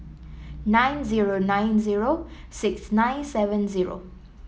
nine zero nine zero six nine seven zero